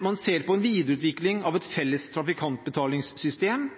Man ser på videreutvikling av et felles trafikantbetalingssystem